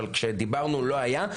אבל כשדיברנו לא היה,